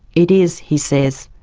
it is, he says,